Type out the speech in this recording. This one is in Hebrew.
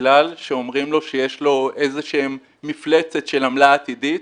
בגלל שאומרים לו שיש לו איזה מפלצת של קנס עתידי,